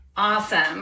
Awesome